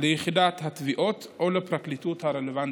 ליחידת התביעות או לפרקליטות הרלוונטית.